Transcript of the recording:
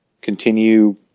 continue